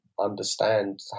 understand